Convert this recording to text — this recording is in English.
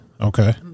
Okay